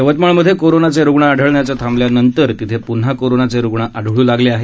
यवतमाळमधे कोरोनाचे रुग्ण आढळण्याचं थांबल्यानंतर तिथे पून्हा कोरोनाचे रुग्ण आढळू लागले आहेत